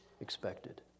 expected